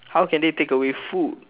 how can they take away food